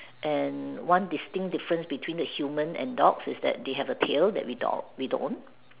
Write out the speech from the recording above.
and one distinct difference between the human and dog is that they have a tail that we do~ we don't